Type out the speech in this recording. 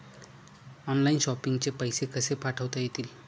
Online shopping चे पैसे कसे पाठवता येतील?